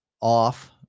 off